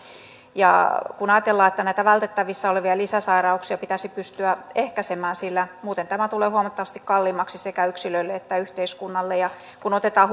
kun ajatellaan että näitä vältettävissä olevia lisäsairauksia pitäisi pystyä ehkäisemään sillä muuten tämä tulee huomattavasti kalliimmaksi sekä yksilölle että yhteiskunnalle ja kun otetaan